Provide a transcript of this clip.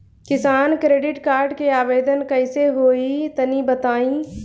किसान credit card के आवेदन कईसे होई तनि बताई?